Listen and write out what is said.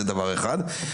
שנית,